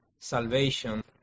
salvation